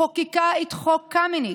חוקקה את חוק קמיניץ,